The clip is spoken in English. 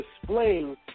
displaying